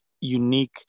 unique